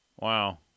wow